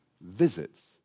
visits